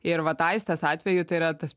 ir vat aistės atveju tai yra tas